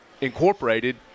incorporated